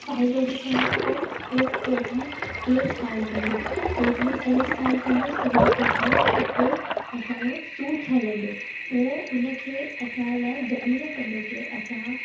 file ready थियण खां पोइ हो कोट में केस फाइल कंदो कोट में केस फाइल थींदुसि सिविल कोट में त उते असांजो सूठ हलंदो उह उनखे असांजे लाइ दलीलू कंदो के असां